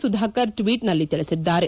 ಸುಧಾಕರ್ ಟ್ನೀಟ್ನಲ್ಲಿ ತಿಳಿಸಿದ್ದಾರೆ